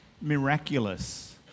miraculous